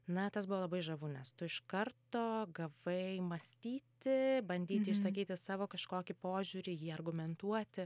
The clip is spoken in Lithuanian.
na tas buvo labai žavu nes tu iš karto gavai mąstyti bandyti išsakyti savo kažkokį požiūrį jį argumentuoti